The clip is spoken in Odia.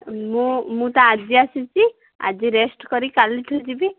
ମୁଁ ମୁଁ ତ ଆଜି ଆସିଛି ଆଜି ରେଷ୍ଟ କରି କାଲିଠୁ ଯିବି